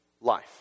life